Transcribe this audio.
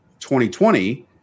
2020